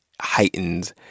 heightened